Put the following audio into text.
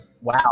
Wow